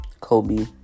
Kobe